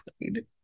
played